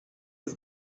his